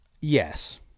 Yes